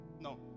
No